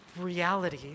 reality